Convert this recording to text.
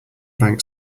bank